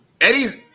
Eddie's